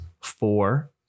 four